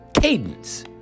cadence